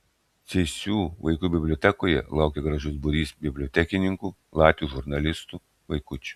cėsių vaikų bibliotekoje laukė gražus būrys bibliotekininkų latvių žurnalistų vaikučių